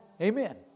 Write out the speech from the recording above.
Amen